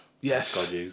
Yes